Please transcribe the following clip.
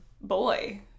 boy